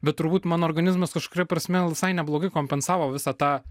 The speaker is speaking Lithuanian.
bet turbūt mano organizmas kažkuria prasme visai neblogai kompensavo visą tą